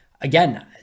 Again